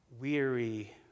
Weary